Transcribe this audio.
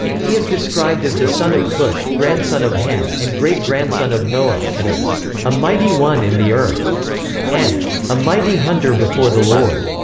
he is described as the son of cush, grandson of ham, and great-grandson of noah and as a mighty one in the earth and a mighty hunter before the lord.